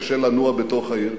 קשה לנוע בתוך העיר.